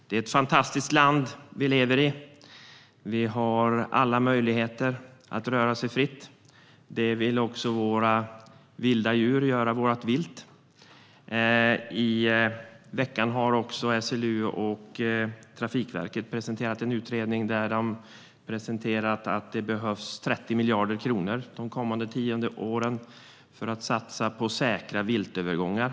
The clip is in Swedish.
Det är ett fantastiskt land vi lever i. Vi har alla möjligheter att röra oss fritt, och det vill även vårt vilt göra. I veckan har SLU och Trafikverket presenterat en utredning där de framför att det behövs 30 miljarder kronor under de kommande tio åren till en satsning på säkra viltövergångar.